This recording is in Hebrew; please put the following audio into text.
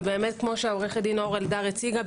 ובאמת כפי שעו"ד אור אלדר הציגה,